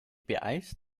beeilst